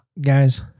guys